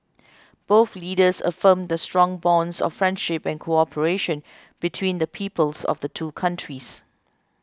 both leaders affirmed the strong bonds of friendship and cooperation between the peoples of the two countries